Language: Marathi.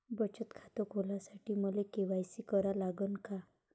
बचत खात खोलासाठी मले के.वाय.सी करा लागन का?